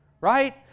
Right